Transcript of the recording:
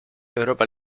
europa